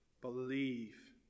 Believe